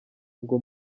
ngo